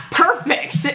Perfect